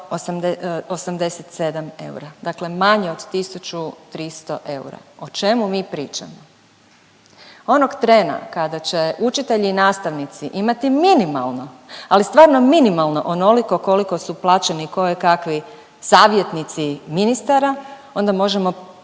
1.287 eura, dakle manje od 1.300 eura, o čemu mi pričamo? Onog trena kada će učitelji i nastavnici imati minimalno, ali stvarno minimalno onoliko koliko su plaćeni kojekakvi savjetnici ministara onda možemo početi